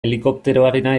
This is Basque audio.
helikopteroarena